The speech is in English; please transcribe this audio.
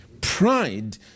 Pride